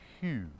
huge